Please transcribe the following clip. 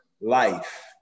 life